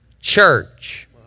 Church